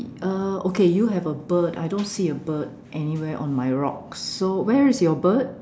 uh okay you have a bird I don't see a bird anywhere on my rocks so where is your bird